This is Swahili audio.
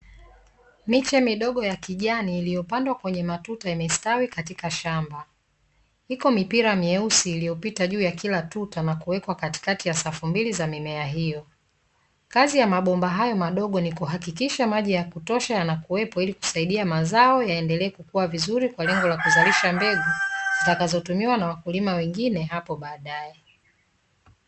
Miche midogo ya kijani iliyopandwa kwenye matuta imestawi katika shamba, iko mipira meusi iliyopita juu ya kila tuta na kuekwa katikati ya safu mbili za mimea hiyo. Kazi ya mabomba hayo madogo ni kihakikisha maji ya kutosha yanakuwepo ili kusaidia mazao yaendelee kukua vizuri kwa lengo la kuzalisha mbegu zinazotumiwa na wakulima wengine hapo baadae.